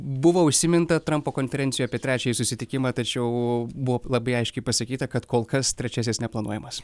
buvo užsiminta trampo konferencijų apie trečiąjį susitikimą tačiau buvo labai aiškiai pasakyta kad kol kas trečiasis neplanuojamas